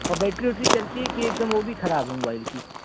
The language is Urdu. اور بیٹری ووٹری چلتی ہے کہ ایک دم وہ بھی خراب ہے موبائل کی